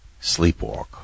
Sleepwalk